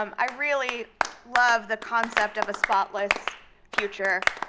um i really love the concept of a spotless future.